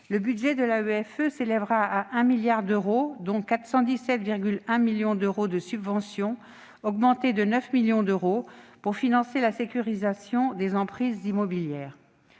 Le budget de l'AEFE s'élèvera à 1 milliard d'euros, dont 417,1 millions d'euros de subvention ; il augmente de 9 millions d'euros pour financer la sécurisation des emprises immobilières.